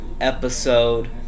episode